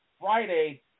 Friday